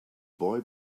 boy